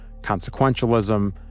consequentialism